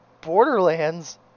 Borderlands